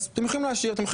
אז אתם יכולים להשאיר,